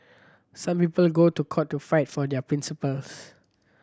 some people go to court to fight for their principles